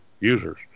users